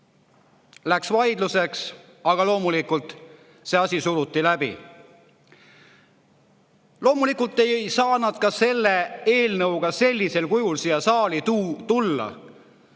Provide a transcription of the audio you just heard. Läks vaidluseks, aga loomulikult suruti see asi läbi. Loomulikult ei saa nad selle eelnõuga sellisel kujul siia saali tulla,